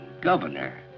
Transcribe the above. governor